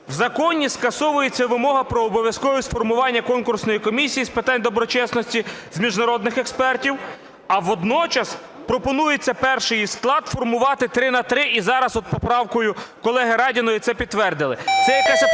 в законі скасовується вимога про обов'язковість формування Конкурсної комісії з питань доброчесності з міжнародних експертів, а водночас пропонується перший її склад формувати 3 на 3, і зараз от поправкою колеги Радіної це підтвердили.